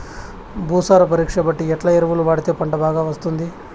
భూసార పరీక్ష బట్టి ఎట్లా ఎరువులు వాడితే పంట బాగా వస్తుంది?